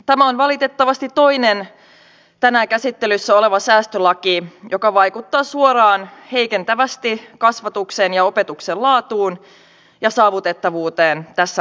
tämä on valitettavasti toinen tänään käsittelyssä oleva säästölaki joka vaikuttaa suoraan heikentävästi kasvatuksen ja opetuksen laatuun ja saavutettavuuteen tässä maassa